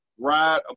Ride